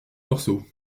morceaux